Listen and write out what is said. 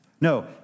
No